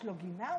יש גינה,